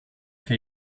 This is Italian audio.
che